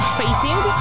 facing